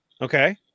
Okay